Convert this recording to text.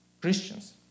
Christians